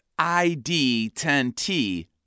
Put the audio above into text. ID10T